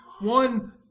one